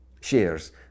shares